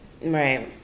Right